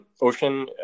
Ocean